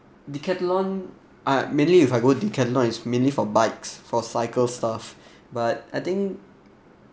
Decathlon I mainly if I go Decathlon is mainly for bikes for cycle stuff but I think